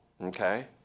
Okay